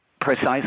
Precisely